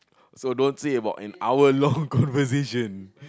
so don't say about an hour long conversation